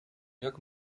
jak